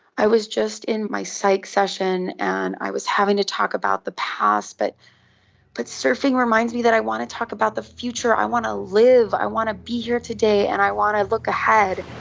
i was just in my psych session and i was having to talk about the past, but but surfing reminds me that i want to talk about the future, i want to live, i want to be here today and i want to look ahead.